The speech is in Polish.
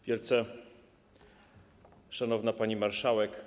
Wielce Szanowna Pani Marszałek!